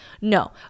No